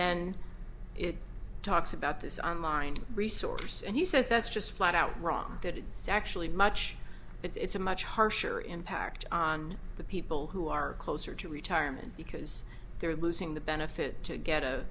then it talks about this online resource and he says that's just flat out wrong that it's actually much it's a much harsher impact on the people who are closer to retirement because they're losing the benefit to get